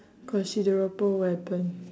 considerable weapon